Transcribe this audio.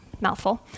mouthful